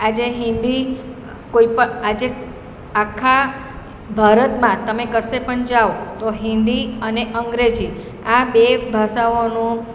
આજે હિન્દી આજે આખા ભારતમાં તમે કશે પણ જાઓ તો હિન્દી અને અંગ્રેજી આ બે ભાષાઓનો